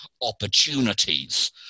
opportunities